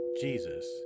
Jesus